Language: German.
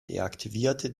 deaktivierte